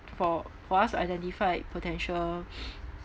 for for us to identify potential